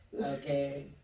Okay